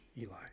Eli